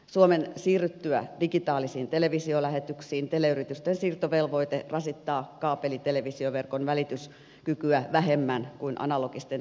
suomen siirryttyä digitaalisiin televisiolähetyksiin teleyritysten siirtovelvoite rasittaa kaapelitelevisioverkon välityskykyä vähemmän kuin analogisten televisiolähetysten aikana